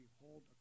behold